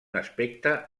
aspecte